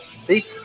See